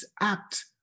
act